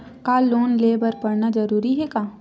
का लोन ले बर पढ़ना जरूरी हे का?